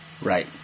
Right